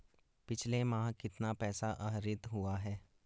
पिछले माह कितना पैसा आहरित हुआ है?